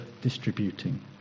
distributing